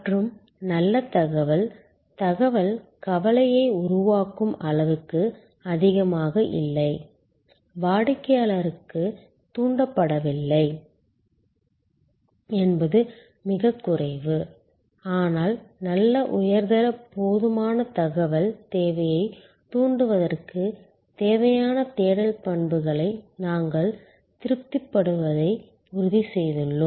மற்றும் நல்ல தகவல் தகவல் கவலையை உருவாக்கும் அளவுக்கு அதிகமாக இல்லை வாடிக்கையாளருக்குத் தூண்டப்படவில்லை என்பது மிகக் குறைவு ஆனால் நல்ல உயர்தர போதுமான தகவல்கள் தேவையைத் தூண்டுவதற்குத் தேவையான தேடல் பண்புகளை நாங்கள் திருப்திப்படுத்துவதை உறுதிசெய்யும்